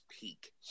peak